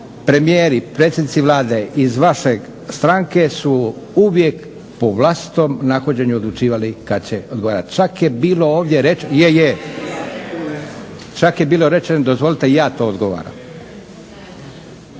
premijeri, predsjednici Vlade iz vaše stranke se su uvijek po vlastitom nahođenju odlučivali kada će odgovarati. Čak je bilo ovdje rečeno… …/Upadica se ne